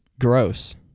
gross